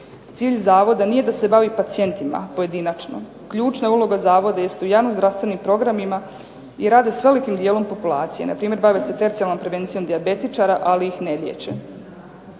Cilj zavoda nije da se bavi pacijentima pojedinačno. Ključna uloga zavoda jest u javno zdravstvenim programima i rade s velikim dijelom populacije. Npr. bave se tercijalnom prevencijom dijabetičara ali ih ne liječe.